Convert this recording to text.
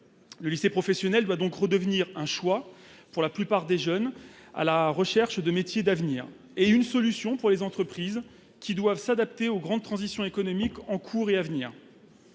Le lycée professionnel doit donc redevenir, d'une part, un choix pour la plupart des jeunes à la recherche de métiers d'avenir et, d'autre part, une solution pour les entreprises qui doivent s'adapter aux grandes transitions économiques en cours et à venir.